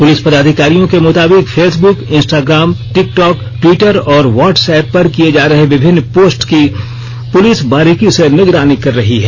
police पदाधिकारियों के मुताबिक Facebook Instagram TikTok Twitter और व्हाट्स एप्प पर किए जा रहे विभिन्न र्पास्ट्स की पुलिस बारीकी से निगरानी कर रही है